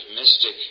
mystic